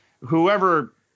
whoever